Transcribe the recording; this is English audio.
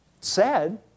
sad